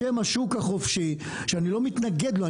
בשם השוק החופשי, שאני לא מתנגד לו.